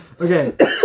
Okay